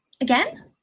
Again